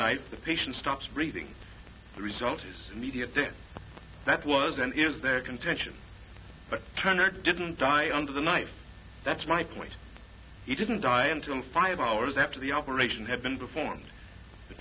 night the patient stops breathing the result is the media did that was and is their contention but turner didn't die under the knife that's my point he didn't die until five hours after the operation had been performed the